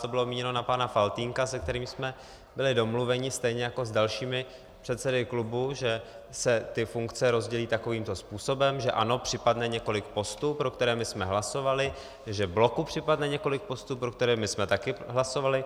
To bylo míněno na pana Faltýnka, se kterým jsme byli domluveni, stejně jako s dalšími předsedy klubů, že se funkce rozdělí takovýmto způsobem, že ANO připadne několik postů, pro které my jsme hlasovali, že bloku připadne několik postů, pro které my jsme také hlasovali.